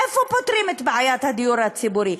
איפה פותרים את בעיית הדיור הציבורי?